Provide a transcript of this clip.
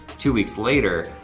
two weeks later,